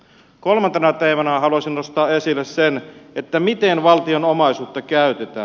kolmantena teemana haluaisin nostaa esille sen miten valtion omaisuutta käytetään